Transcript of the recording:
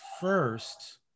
first